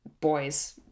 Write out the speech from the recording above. boys